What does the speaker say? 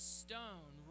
stone